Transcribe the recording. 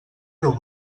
déu